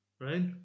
Right